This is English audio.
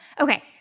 Okay